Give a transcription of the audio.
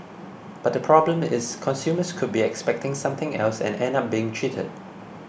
but the problem is consumers could be expecting something else and end up being cheated